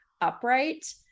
upright